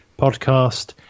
podcast